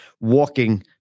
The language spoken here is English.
walking